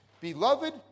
Beloved